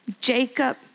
Jacob